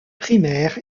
primaire